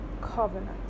covenant